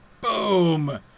Boom